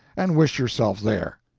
and wish yourself there.